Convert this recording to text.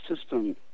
system